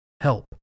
Help